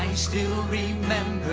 still remember